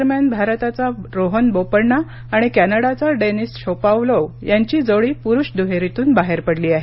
दरम्यान भारताचा रोहन बोपण्णा आणि कॅनडाचा डेनिस शोपावलोव यांची जोडी पुरुष दुहेरीतून बाहेर पडली आहे